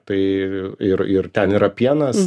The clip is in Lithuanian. tai ir ir ten yra pienas